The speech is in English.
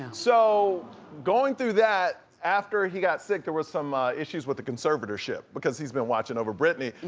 so going through that, after he got sick there was some issues with the conservatorship, because he's been watching over britney.